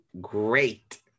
great